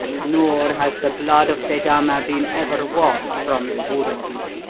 nor has the blood of seydama been ever washed from the wood of it.